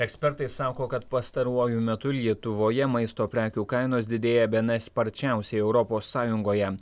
ekspertai sako kad pastaruoju metu lietuvoje maisto prekių kainos didėja bene sparčiausiai europos sąjungoje